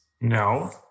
No